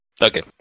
Okay